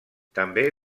també